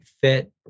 fit